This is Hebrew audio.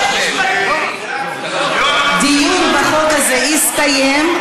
הדיון בחוק הזה הסתיים.